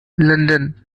london